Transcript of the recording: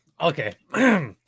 okay